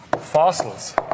fossils